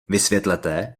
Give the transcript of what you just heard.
vysvětlete